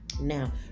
Now